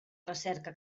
recerca